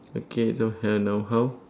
okay don't have now how